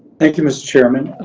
thank you, mr. chairman.